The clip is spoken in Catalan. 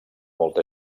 molta